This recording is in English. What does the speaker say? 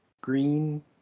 green